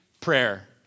prayer